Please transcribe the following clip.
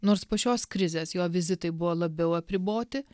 nors po šios krizės jo vizitai buvo labiau apriboti